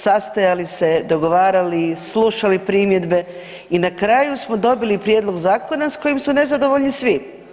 Sastajali se, dogovarali, slušali primjedbe i na kraju smo dobili Prijedlog zakona s kojim su nezadovoljni svi.